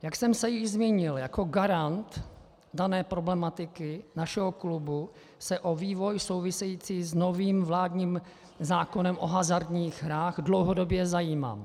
Jak jsem se již zmínil, jako garant dané problematiky našeho klubu se o vývoj související s novým vládním zákonem o hazardních hrách dlouhodobě zajímám.